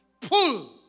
pull